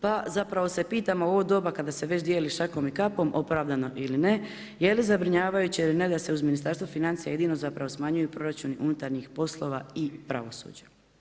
Pa zapravo se pitamo u ovo doba kada se već dijeli šakom i kapom opravdano ili ne, je li zabrinjavajuće ili ne da se uz Ministarstvo financija jedino zapravo smanjuju proračuni unutarnjih poslova i pravosuđa.